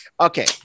Okay